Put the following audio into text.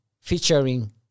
featuring